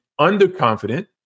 underconfident